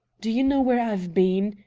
do you know where i've been?